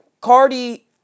Cardi